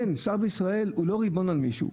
שר בישראל הוא לא ריבון על מישהו,